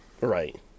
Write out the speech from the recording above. Right